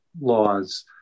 laws